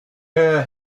her